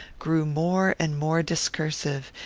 grew more and more discursive,